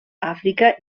àfrica